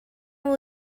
will